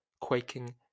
quaking